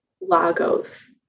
Lagos